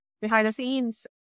behind-the-scenes